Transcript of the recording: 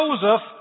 Joseph